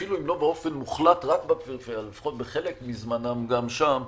אפילו אם לא באופן מוחלט רק בפריפריה ואולי רק חלק מזמנם גם שם,